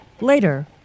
Later